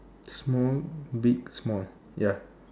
small big small ya